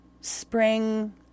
spring